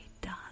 done